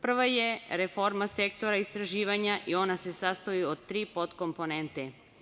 Prva je reforma Sektora istraživanja i ona se sastoji od tri podkomponente.